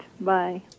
Bye